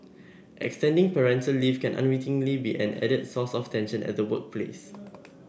extending parental leave can unwittingly be an added source of tension at the workplace